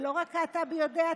ולא רק קעטבי יודע.